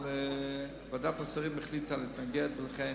אבל ועדת השרים החליטה להתנגד ולכן